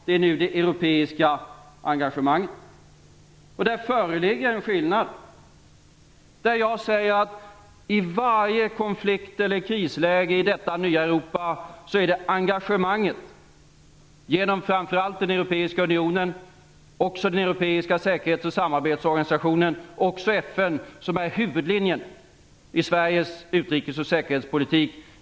Det är nu det europeiska engagemanget, och där föreligger en skillnad. Jag säger att i varje konflikt eller krisläge i detta nya Europa är det engagemanget, genom framför allt den Europeiska unionen, också den Europeiska säkerhets och samarbetsorganisationen och också FN, som är huvudlinjen i Sveriges utrikes och säkerhetspolitik.